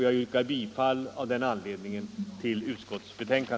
Jag yrkar av den anledningen bifall till utskottets hemställan.